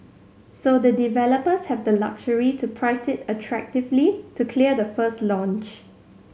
so the developers have the luxury to price it attractively to clear the first launch